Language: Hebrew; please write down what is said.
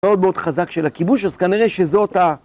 מאוד מאוד חזק של הכיבוש, אז כנראה שזאת ה...